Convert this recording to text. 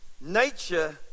nature